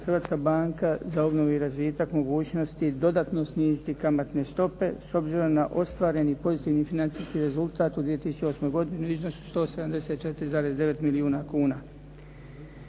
Hrvatska banka za obnovu i razvitak mogućnosti dodatno sniziti kamatne stope s obzirom na ostvareni pozitivni financijski rezultat u 2008. godini u iznosu od 174,9 milijuna kuna.